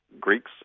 greeks